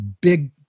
big